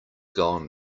gone